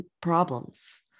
problems